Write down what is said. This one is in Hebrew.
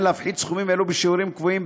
להפחית סכומים אלו בשיעורים קבועים,